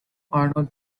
arnold